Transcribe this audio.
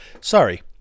Sorry